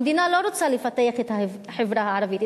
המדינה לא רוצה לפתח את החברה הערבית,